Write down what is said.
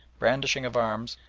brandishing of arms,